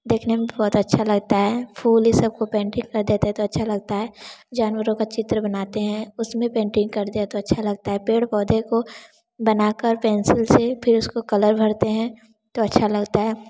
दिखने में बहुत अच्छा लगता है फूल यह सब को पेंटिंग करते हैं तो अच्छा लगता है जानवरों का चित्र बनाते हैं उसमें पैंटिंग कर दिया तो अच्छा लगता है पेड़ पौधे को बनाकर पेंसिल से फिर उसको कलर भरते हैं तो अच्छा लगता है